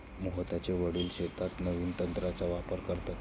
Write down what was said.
मोहितचे वडील शेतीत नवीन तंत्राचा वापर करतात